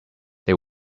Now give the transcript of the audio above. they